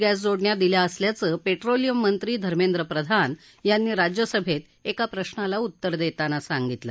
gas जोडण्या दिल्या असल्याचं पेट्रोलियममंत्री धर्मेंद्र प्रधान यांनी राज्य सभेत एका प्रश्नाला उत्तर देताना सांगितलं